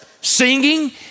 singing